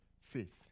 faith